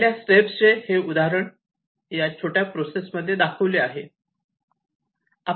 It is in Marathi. पहिल्या स्टेप्सचे चे उदाहरण या छोट्या प्रोसेस मध्ये दाखविले आहे